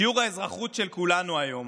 שיעור האזרחות של כולנו היום